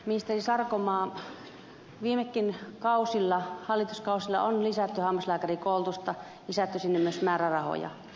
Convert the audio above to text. ministeri sarkomaa viimekin hallituskausilla on lisätty hammaslääkärikoulutusta lisätty sinne myös määrärahoja